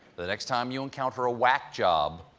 the next time you encounter a whack-job,